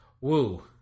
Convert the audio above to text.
Woo